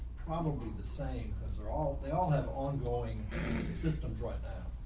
probably the same because they're all they all have ongoing systems right now.